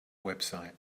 website